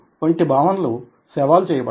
వంటి భావనలు సవాల్ చేయబడ్డాయి